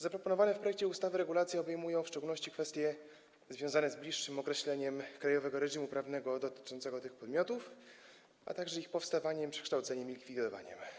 Zaproponowane w projekcie ustawy regulacje obejmują w szczególności kwestie związane z bliższym określeniem krajowego reżimu prawnego dotyczącego tych podmiotów, a także z ich powstawaniem, przekształceniem i likwidowaniem.